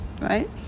right